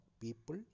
people